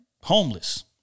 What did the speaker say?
Homeless